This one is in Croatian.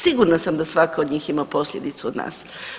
Sigurna sam da svaka od njih ima posljedicu kod nas.